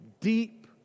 deep